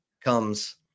comes